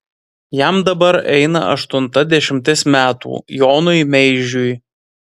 jam dabar eina aštunta dešimtis metų jonui meižiui